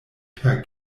per